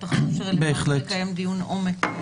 תחשוב שזה רלוונטי לקיים דיון עומק.